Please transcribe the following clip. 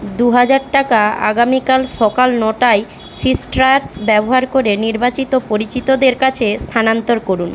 দু হাজার টাকা আগামীকাল সকাল নটায় সিট্রাস ব্যবহার করে নির্বাচিত পরিচিতদের কাছে স্থানান্তর করুন